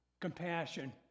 Compassion